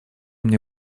мне